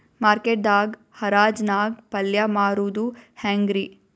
Market ದಾಗ್ ಹರಾಜ್ ನಾಗ್ ಪಲ್ಯ ಮಾರುದು ಹ್ಯಾಂಗ್ ರಿ?